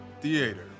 Theater